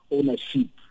Ownership